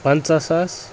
پَنژاہ ساس